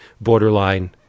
borderline